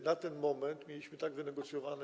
Na ten moment mieliśmy ceny tak wynegocjowane.